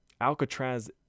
Alcatraz